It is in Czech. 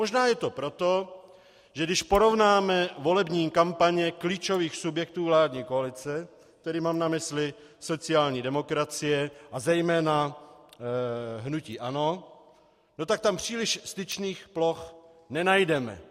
Možná je to proto, že když porovnáme volební kampaně klíčových subjektů vládní koalice, tedy mám na mysli sociální demokracie a zejména hnutí ANO, tak tam příliš styčných ploch nenajdeme.